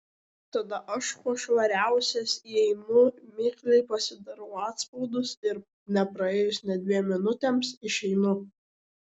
tada aš kuo švariausiai įeinu mikliai pasidarau atspaudus ir nepraėjus nė dviem minutėms išeinu